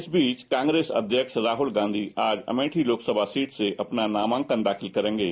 इस बीच कॉग्रेस अध्यक्ष राहुल गांधी आज अमेठी लोकसभा सीट से अपना नामांकन दाखिल करेंगे